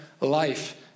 life